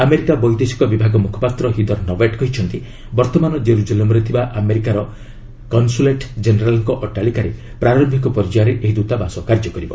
America ବୈଦେଶିକ ବିଭାଗ ମୁଖପାତ୍ର ହିଦର୍ ନୱେର୍ଟ କହିଛନ୍ତି ବର୍ଭମାନ ଜେରୁଜେଲମ୍ରେ ଥିବା ଆମେରିକାର କନ୍ସୁଲେଟ୍ ଜେନେରାଲ୍ଙ୍କ ଅଟ୍ଟାଳିକାରେ ପ୍ରାରମ୍ଭିକ ପର୍ଯ୍ୟାୟରେ ଏହି ଦୂତାବାସ କାର୍ଯ୍ୟ କରିବ